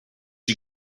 you